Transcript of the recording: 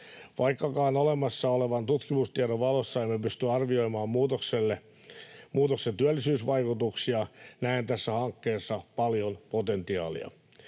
Vaikkakaan olemassa olevan tutkimustiedon valossa emme pysty arvioimaan muutoksen työllisyysvaikutuksia, näen tässä hankkeessa paljon potentiaalia.